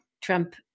Trump